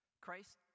Christ